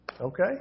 Okay